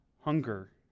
hunger